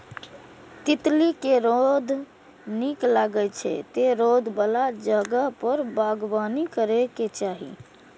तितली कें रौद नीक लागै छै, तें रौद बला जगह पर बागबानी करैके चाही